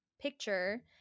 picture